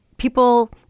People